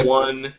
one